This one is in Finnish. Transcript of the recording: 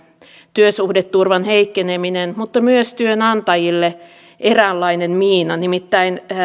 työsuhdeturvan heikkeneminen mutta myös työnantajille eräänlainen miina nimittäin